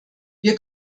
wir